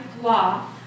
law